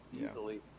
easily